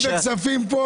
הייתי בכספים.